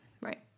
Right